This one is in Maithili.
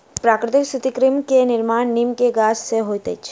प्राकृतिक सूत्रकृमि के निर्माण नीम के गाछ से होइत अछि